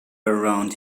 around